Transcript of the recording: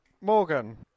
Morgan